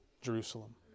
Jerusalem